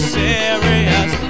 serious